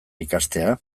ikastea